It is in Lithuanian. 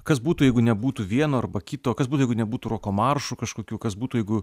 kas būtų jeigu nebūtų vieno arba kito kas būtų nebūtų roko maršų kažkokių kas būtų jeigu